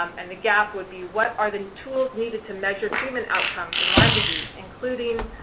um and the gap would be what are the tools needed to measure treatment outcomes in lyme disease, including,